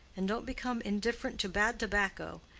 and don't become indifferent to bad tobacco!